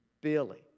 Billy